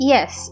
Yes